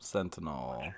Sentinel